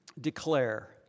declare